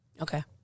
Okay